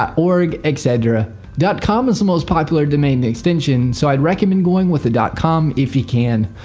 org, etc, com is the most popular domain extension so i'd recommend going with a com if you can.